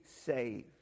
saved